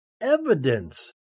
evidence